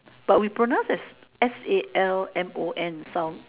but we pronounce as Salmon Sal